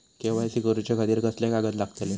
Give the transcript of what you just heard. KYC करूच्या खातिर कसले कागद लागतले?